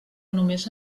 només